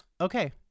Okay